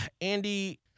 Andy